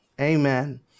Amen